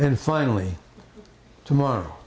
and finally tomorrow